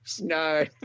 No